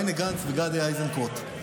בני גנץ וגדי איזנקוט.